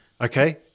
Okay